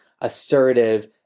assertive